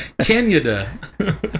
Canada